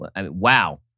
wow